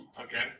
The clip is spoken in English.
Okay